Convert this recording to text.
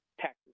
taxes